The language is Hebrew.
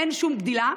אין שום גדילה.